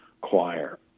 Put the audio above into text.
Choir